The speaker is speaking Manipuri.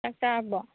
ꯆꯥꯛ ꯆꯥꯔꯕꯣ